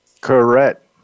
correct